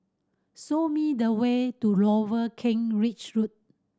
show me the way to Lower Kent Ridge Road